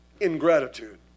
Ingratitude